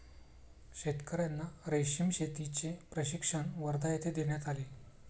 शेतकर्यांना रेशीम शेतीचे प्रशिक्षण वर्धा येथे देण्यात आले